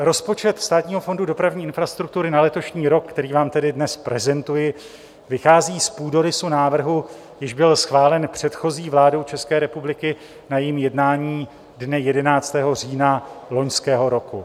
Rozpočet Státního fondu dopravní infrastruktury na letošní rok, který vám tady dnes prezentuji, vychází z půdorysu návrhu, jenž byl schválen předchozí vládou České republiky na jejím jednání dne 11. října loňského roku.